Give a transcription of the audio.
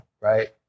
Right